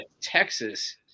Texas